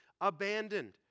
abandoned